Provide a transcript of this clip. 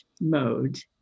mode